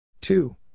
Two